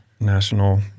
National